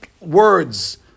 words